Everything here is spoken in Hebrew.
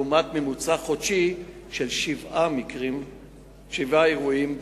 לעומת ממוצע חודשי של שבעה אירועים בחודש.